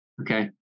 okay